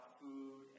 food